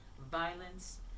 violence